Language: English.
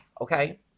okay